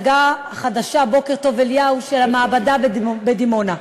בהצגה החדשה "בוקר טוב אליהו" של "המעבדה" בדימונה.